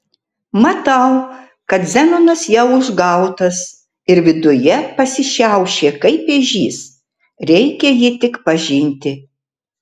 matau kad zenonas jau užgautas ir viduje pasišiaušė kaip ežys reikia jį tik pažinti